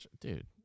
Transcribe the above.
Dude